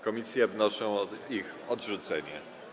Komisje wnoszą o ich odrzucenie.